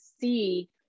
see